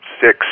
six